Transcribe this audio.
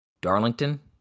Darlington